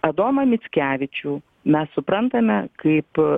adomą mickevičių mes suprantame kaip